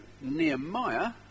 Nehemiah